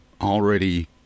already